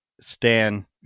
stan